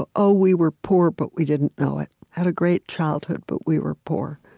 ah oh, we were poor, but we didn't know it. had a great childhood, but we were poor.